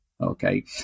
Okay